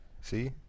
see